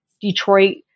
Detroit